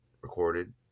recorded